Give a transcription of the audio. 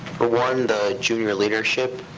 for one, the junior leadership.